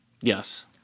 Yes